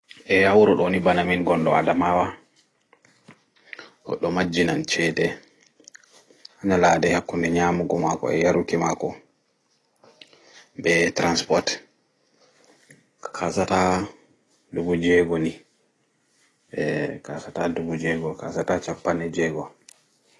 Eeh ha wuro ɗoni ɓana min gonɗo Aɗamawa goɗɗo majjinan ceɗe ha nyalaɗe hakkunɗe nyamugo maako e' yaruki maago ɓe transport kasata ɗuɓu jego ni eeh kasata ɗiɓu jego